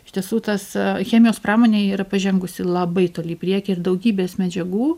iš tiesų tas chemijos pramonė yra pažengusi labai toli į priekį ir daugybės medžiagų